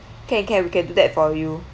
can can we can do that for you